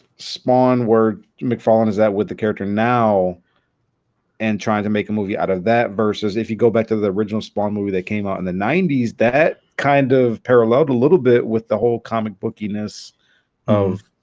spawn were mcfarlane is that with the character now and trying to make a movie out of that versus if you go back to the original spawn movie that came out in the ninety s that kind of paralleled a little bit with the whole comic book enos of?